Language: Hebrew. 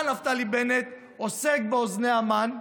אתה, נפתלי בנט, עוסק באוזני המן,